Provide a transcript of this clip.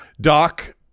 Doc